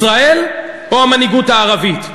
ישראל או המנהיגות הערבית?